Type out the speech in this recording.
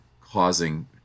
causing